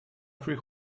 free